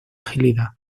agilidad